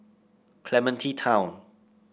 Clementi Town